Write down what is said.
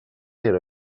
era